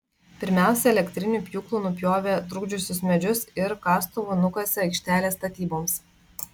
pirmiausia elektriniu pjūklu nupjovė trukdžiusius medžius ir kastuvu nukasė aikštelę statyboms